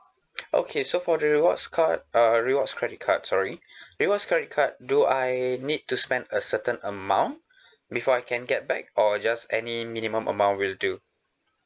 okay so for the rewards card uh rewards credit card sorry rewards credit card do I need to spend a certain amount before I can get back or just any minimum amount will do